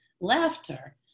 laughter